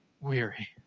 weary